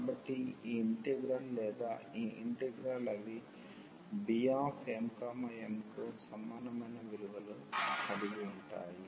కాబట్టి ఈ ఇంటిగ్రల్ లేదా ఈ ఇంటిగ్రల్ అవి Bmnకు సమానమైన విలువను కలిగి ఉంటాయి